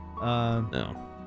No